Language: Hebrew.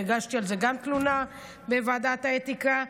והגשתי על זה גם תלונה בוועדת האתיקה,